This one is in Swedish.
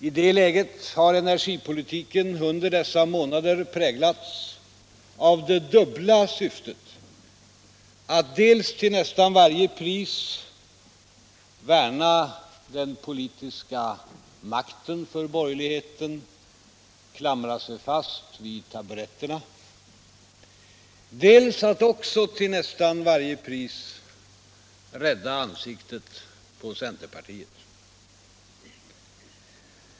I det läget har energipolitiken under dessa månader präglats av det dubbla syftet att dels till nästan varje pris värna den politiska makten för borgerligheten och klamra sig fast vid taburetterna, dels att, också till nästan varje pris, rädda ansiktet på centerpartiet.